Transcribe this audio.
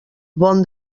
bon